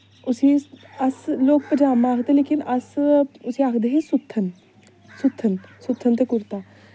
उस्सी अस लोक पजामा आखदे लेकिन अस उस्सी आखदे हे सुत्थन सुत्थन सुत्थन ते कुर्ता